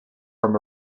from